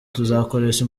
tuzakoresha